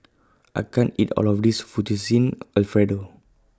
I can't eat All of This Fettuccine Alfredo